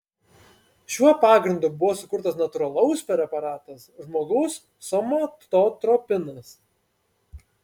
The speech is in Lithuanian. šiuo pagrindu buvo sukurtas natūralaus preparatas žmogaus somatotropinas